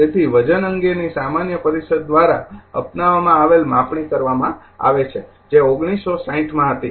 તેથી વજન અંગેની સામાન્ય પરિષદ દ્વારા અપનાવવામાં આવેલ માપણી કરવામાં આવે છે જે 1960 માં હતી